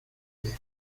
pega